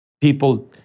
people